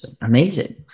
Amazing